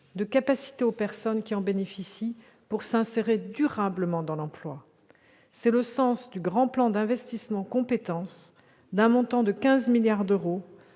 de capacités aux personnes qui en bénéficient pour s'insérer durablement dans l'emploi. C'est le sens du Grand Plan d'investissement compétences, d'un montant de 15 milliards d'euros,